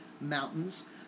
mountains